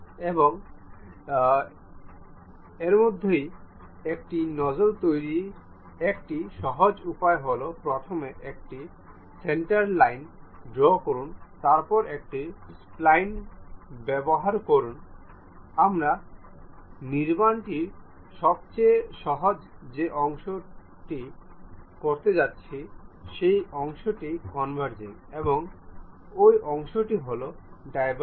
এবং এরইমধ্যে একটি নোজল তৈরির একটি সহজ উপায় হল প্রথমে একটি সেন্টার লাইন ড্রও করুন তারপরে একটি স্প্লাইন ব্যবহার করুন আমরা নির্মাণটির সবচেয়ে সহজ যে অংশটি করতে যাচ্ছি সেই অংশটি কনভারজিং এবং ওই অংশটি হল ডাইভারজিং